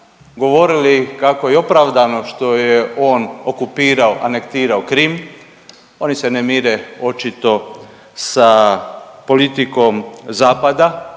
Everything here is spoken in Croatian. govorili kako je opravdano što je on okupirao i anektirao Krim, oni se ne mire očito sa politikom zapada